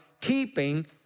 keeping